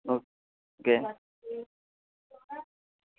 okay